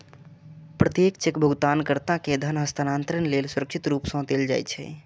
प्रत्येक चेक भुगतानकर्ता कें धन हस्तांतरण लेल सुरक्षित रूप सं देल जाइ छै